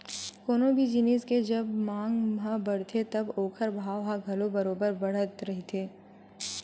कोनो भी जिनिस के जब मांग ह बड़थे तब ओखर भाव ह घलो बरोबर बड़त रहिथे